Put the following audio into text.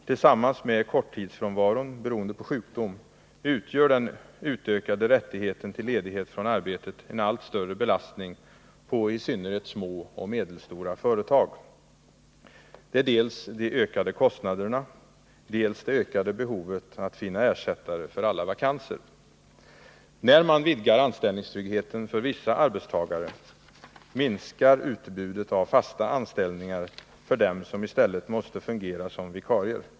Tillsammans med korttidsfrånvaron beroende på sjukdom utgör den utökade rättigheten till ledighet från arbetet en allt större belastning på i synnerhet små och medelstora företag — dels på grund av de ökade kostnaderna, dels på grund av det ökade behovet att finna ersättare för alla vakanser. När man vidgar anställningstryggheten för vissa arbetstagare minskar utbudet av fasta anställningar för dem som i stället måste fungera som vikarier.